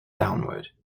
downward